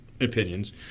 opinions